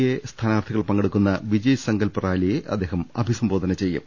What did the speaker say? A സ്ഥാനാർത്ഥികൾ പങ്കെടു ക്കുന്ന വിജയ്സങ്കൽപ് റാലിയെ അദ്ദേഹം അഭിസംബോധന ചെയ്യും